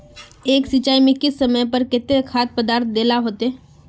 एक सिंचाई में किस समय पर केते खाद पदार्थ दे ला होते?